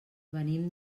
venim